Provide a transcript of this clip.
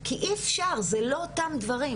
כי אי אפשר, זה לא אותם דברים.